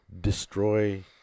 destroy